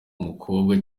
umukobwa